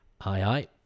Hi